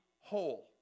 whole